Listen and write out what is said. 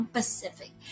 Pacific